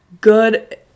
good